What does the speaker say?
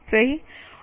सही